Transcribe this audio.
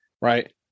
right